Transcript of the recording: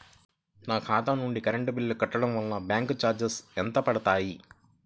నా ఖాతా నుండి కరెంట్ బిల్ కట్టడం వలన బ్యాంకు చార్జెస్ ఎంత పడతాయా?